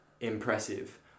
impressive